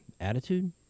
Attitude